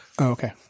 okay